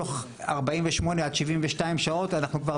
תוך ארבעים ושמונה עד שבעים ושתיים שעות אנחנו כבר